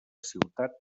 ciutat